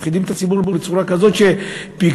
מפחידים את הציבור בצורה כזאת שבגלל